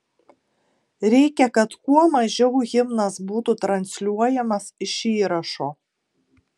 reikia kad kuo mažiau himnas būtų transliuojamas iš įrašo